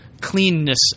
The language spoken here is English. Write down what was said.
cleanness